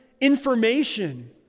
information